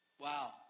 Wow